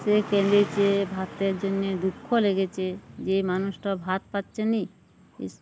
সে কেঁদেছে ভাতের জন্যে দুঃখ লেগেছে যে মানুষটাও ভাত পাচ্ছে না